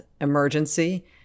emergency